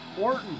Orton